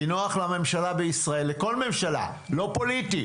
כי נוח לממשלה בישראל לכל ממשלה, לא פוליטי